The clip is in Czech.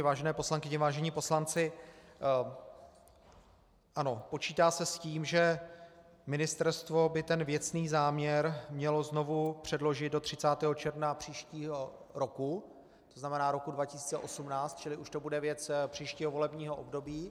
Vážené poslankyně, vážení poslanci, ano, počítá se s tím, že ministerstvo by věcný záměr mělo znovu předložit do 30. června příštího roku, to znamená roku 2018, čili už to bude věc příštího volebního období.